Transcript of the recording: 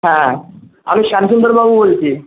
হ্যাঁ আমি শ্যামসুন্দরবাবু বলছি